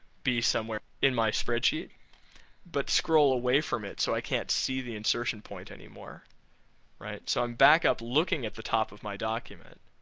be somewhere in my spreadsheet but scroll away from it so i can't see the insertion point anymore so i'm back up, looking at the top of my document